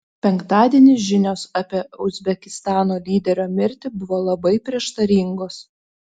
penktadienį žinios apie uzbekistano lyderio mirtį buvo labai prieštaringos